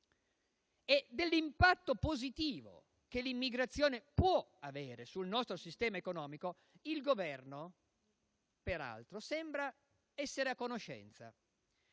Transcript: E dell'impatto positivo che l'immigrazione può avere sul nostro sistema economico il Governo, peraltro, sembra essere a conoscenza.